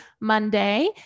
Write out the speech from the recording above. Monday